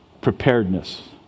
preparedness